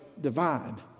divine